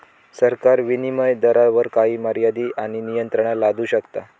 सरकार विनीमय दरावर काही मर्यादे आणि नियंत्रणा लादू शकता